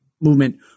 movement